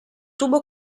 tubo